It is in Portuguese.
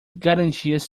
garantias